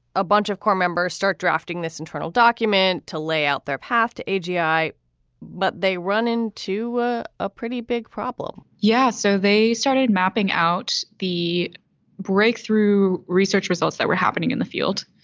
a bunch of corps members start drafting this internal document to lay out their path to ajai. but they run in to ah a pretty big problem. yeah so they started mapping out the breakthrough research results that were happening in the field.